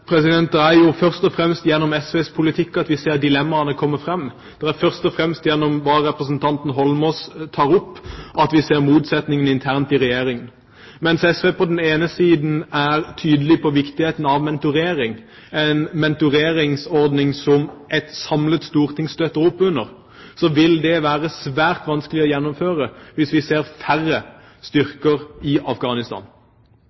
det er jo først og fremst gjennom SVs politikk at vi ser dilemmaene komme frem. Det er først og fremst gjennom det som representanten Holmås tar opp, at vi ser motsetningen internt i Regjeringen. Mens SV på den ene siden er tydelig på viktigheten av mentorering – en mentoreringsordning som et samlet storting støtter opp under – vil det være svært vanskelig å gjennomføre det hvis vi ser færre